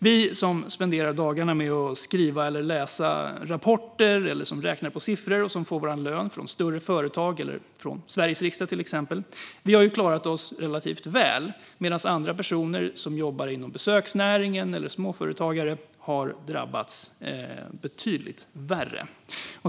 De som spenderar dagarna med att läsa eller skriva rapporter eller räkna på siffror och som får sin lön från större företag eller till exempel Sveriges riksdag har klarat sig relativt väl, medan de som jobbar inom besöksnäring eller småföretag har drabbats betydligt hårdare.